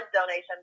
donation